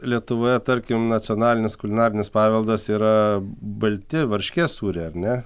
lietuvoje tarkim nacionalinis kulinarinis paveldas yra balti varškės sūriai ar ne